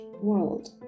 world